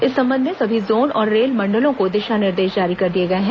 इस संबंध में सभी जोन और रेल मंडलों को दिशा निर्देश जारी कर दिए गए हैं